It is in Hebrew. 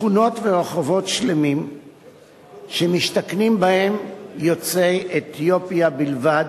שכונות ורחובות שלמים שמשתכנים בהם יוצאי אתיופיה בלבד,